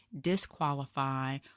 disqualify